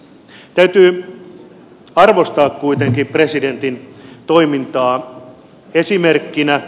täytyy arvostaa kuitenkin presidentin toimintaa esimerkkinä